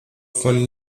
von